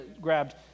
grabbed